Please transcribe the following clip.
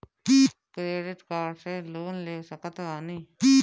Credit card से loan ले सकत बानी?